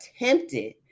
attempted